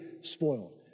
spoiled